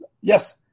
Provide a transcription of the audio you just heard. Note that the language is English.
Yes